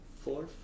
four